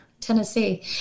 Tennessee